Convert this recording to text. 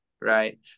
right